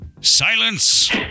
silence